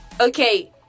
okay